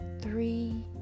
three